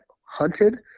hunted